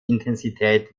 intensität